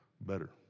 better